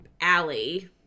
alley